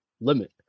limit